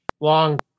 long